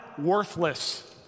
worthless